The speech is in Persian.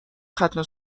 ختنه